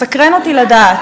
מסקרן אותי לדעת,